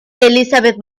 elizabeth